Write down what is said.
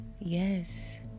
Yes